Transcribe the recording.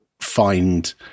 find